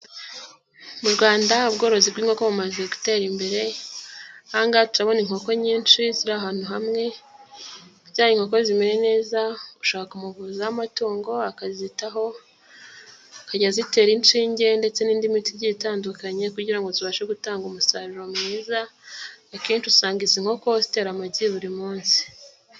Mu Rwanda, ubworozi bw'inkoko bumaze gutera imbere, aha ngaha turahabona inkoko nyinshi ziri ahantu hamwe, kugira ngo inkoko zimere neza, ushaka umuvuzi w'amatungo akazitaho, akajya azitera inshinge, ndetse n'indi miti igiye itandukanye, kugira ngo zibashe gutanga umusaruro mwiza, akenshi usanga izi nkoko zitera amagi buri munsi.